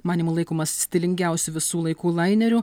manymu laikomas stilingiausiu visų laikų laineriu